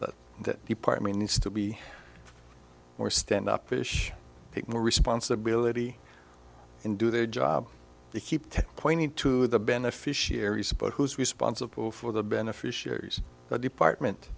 that that department needs to be more stand up ish take more responsibility and do their job keep pointing to the beneficiaries but who's responsible for the beneficiaries the department